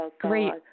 Great